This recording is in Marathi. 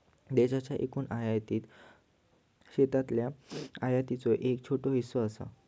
देशाच्या एकूण आयातीत शेतीतल्या आयातीचो एक छोटो हिस्सो असा